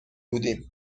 بودیم